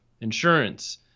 insurance